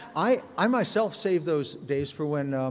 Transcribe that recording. i myself save those days for when,